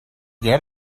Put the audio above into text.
get